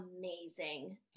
amazing